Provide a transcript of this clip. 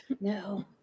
No